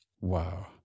Wow